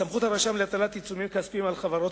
סמכות הרשם להטיל עיצומים כספיים על חברות